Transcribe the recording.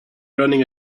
running